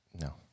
No